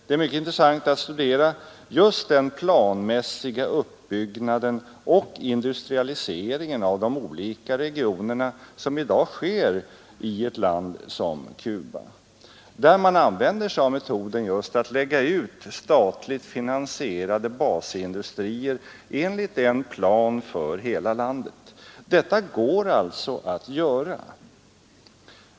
Det är mycket intressant att studera just den planmässiga uppbyggnaden och industrialiseringen av de olika regionerna som i dag äger rum i ett land som Cuba, där man använder sig av metoden att lägga ut statligt finansierade basindustrier enligt en plan för hela landet. Det går alltså att göra det.